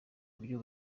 buryo